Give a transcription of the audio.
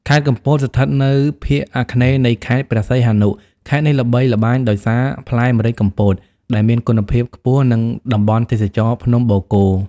ខេត្តកំពត ស្ថិតនៅភាគអាគ្នេយ៍នៃខេត្តព្រះសីហនុ ខេត្តនេះល្បីល្បាញដោយសារ ផ្លែម្រេចកំពត ដែលមានគុណភាពខ្ពស់ និងតំបន់ទេសចរណ៍ភ្នំបូកគោ។